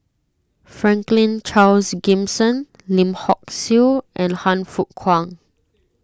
Franklin Charles Gimson Lim Hock Siew and Han Fook Kwang